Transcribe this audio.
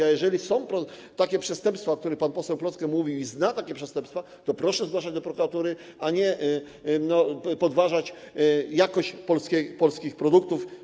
A jeżeli są takie przestępstwa, o których pan Plocke mówił, i zna takie przestępstwa, to proszę zgłaszać to do prokuratury, a nie podważać jakość polskich produktów.